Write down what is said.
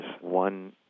one